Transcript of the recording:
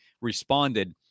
responded